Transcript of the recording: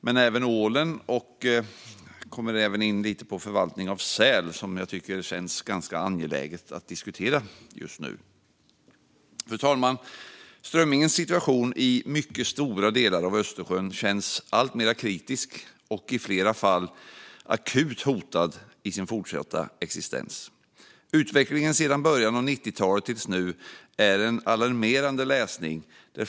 Men jag ska även tala om ålen och lite om förvaltning av säl, som känns ganska angeläget att diskutera just nu. Fru talman! Strömmingens situation i mycket stora delar av Östersjön känns alltmer kritisk, och den är i flera fall akut hotad i sin fortsatta existens. Utvecklingen sedan början av 90-talet till nu är en alarmerande läsning.